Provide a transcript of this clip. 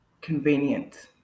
convenient